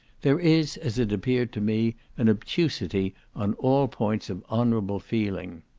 there is, as it appeared to me, an obtusity on all points of honourable feeling.